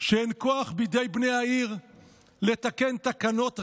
שאין כוח בידי בני העיר לתקן תקנות,